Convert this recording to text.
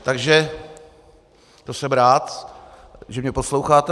Takže to jsem rád, že mě posloucháte.